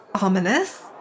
ominous